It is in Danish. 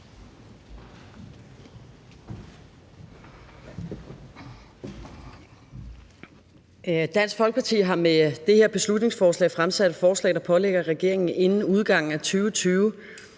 Dansk Folkeparti har med det her beslutningsforslag fremsat et forslag, der pålægger regeringen inden udgangen af 2020